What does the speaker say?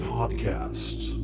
Podcasts